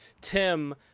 tim